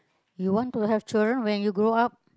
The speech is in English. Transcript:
you want to have children when you grow up